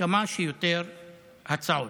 כמה שיותר הצעות.